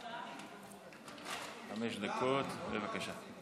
חמש דקות, בבקשה.